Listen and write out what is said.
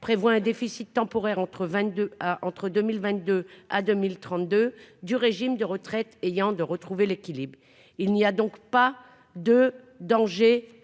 prévoit un déficit temporaire entre 22 entre 2022 à 2032 du régime de retraite ayant de retrouver l'équilibre, il n'y a donc pas de danger